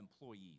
employees